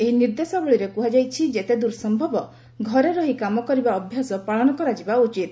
ଏହି ନିର୍ଦ୍ଦେଶାବଳୀରେ କୁହାଯାଇଛି ଯେତେଦୂର ସମ୍ଭବ ଘରେ ରହି କାମ କରିବା ଅଭ୍ୟାସ ପାଳନ କରାଯିବା ଉଚିତ